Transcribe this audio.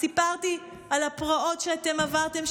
סיפרתי על הפרעות שאתם עברתם,